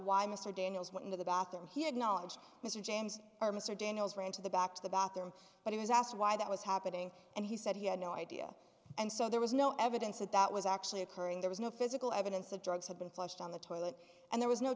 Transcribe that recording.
why mr daniels went into the bathroom he had knowledge mr james or mr daniels ran to the back to the bathroom but he was asked why that was happening and he said he had no idea and so there was no evidence that that was actually occurring there was no physical evidence of drugs had been flushed down the toilet and there was no